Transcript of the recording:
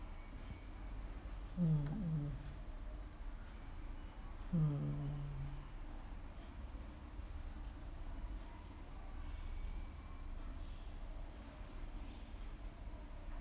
mm